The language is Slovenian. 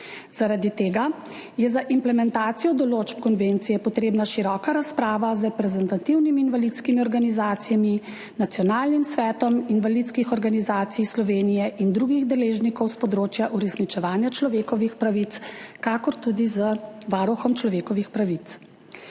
Zaradi tega je za implementacijo določb konvencije potrebna široka razprava z reprezentativnimi invalidskimi organizacijami, Nacionalnim svetom invalidskih organizacij Slovenije in drugimi deležniki s področja uresničevanja človekovih pravic ter tudi z Varuhom človekovih pravic.